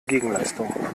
gegenleistung